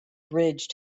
bridge